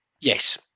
yes